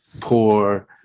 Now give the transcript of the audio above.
poor